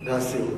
להסיר.